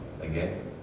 again